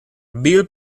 bill